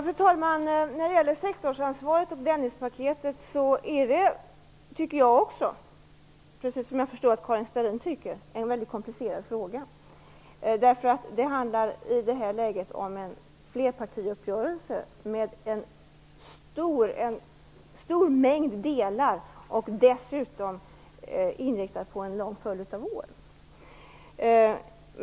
Fru talman! Jag tycker - precis som Karin Starrin gör, förstår jag - att sektorsansvaret och Dennispaketet är en väldigt komplicerad fråga. Det handlar i det här läget om en flerpartiuppgörelse med en stor mängd delar och dessutom inriktad på en lång följd av år.